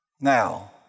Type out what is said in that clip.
Now